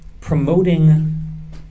promoting